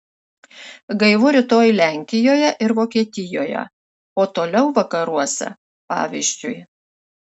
gaivu rytoj lenkijoje ir vokietijoje o toliau vakaruose pavyzdžiui